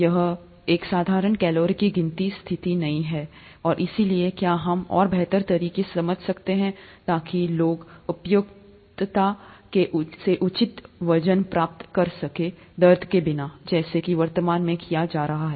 यह यहाँ एक साधारण कैलोरी की गिनती स्थिति नहीं है और इसलिए क्या हम और बेहतर तरीके से समझ सकते है ताकि लोग उपयुक्तता से उचित वजन प्राप्त कर सके दर्द के बिना जैसा कि वर्तमान में किया जा रहा है